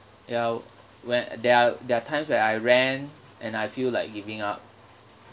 ya when there are there are times when I ran and I feel like giving up